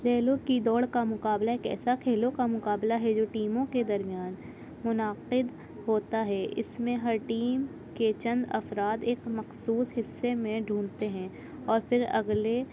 ریلوں کی دوڑ کا مقابلہ ایک ایسا کھیلوں کا مقابلہ ہے جو ٹیموں کے درمیان منعقد ہوتا ہے اس میں ہر ٹیم کے چند افراد ایک مخصوص حصے میں ڈھونڈتے ہیں اور پھر اگلے